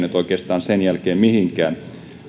ole edennyt oikeastaan sen jälkeen mihinkään